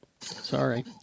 Sorry